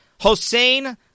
Hossein